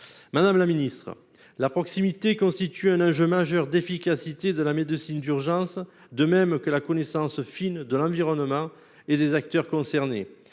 Madame la ministre, la proximité constitue un enjeu majeur d'efficacité de la médecine d'urgence, avec la connaissance fine de l'environnement et des acteurs concernés.